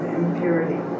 impurity